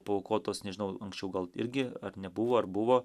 paaukotos nežinau anksčiau gal irgi ar nebuvo ar buvo